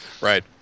Right